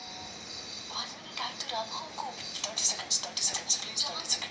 ಕೇಂದ್ರ ಮತ್ತು ರಾಜ್ಯ ಸರ್ಕಾರದ ನಿರ್ದೇಶನಾಲಯಗಳು ನೀರಾವರಿ ಸಂಬಂಧಿ ನಿರ್ವಹಣೆಯ ಕಾರ್ಯಕ್ರಮಗಳ ರೂಪುರೇಷೆಯನ್ನು ಹಾಕುತ್ತಾರೆ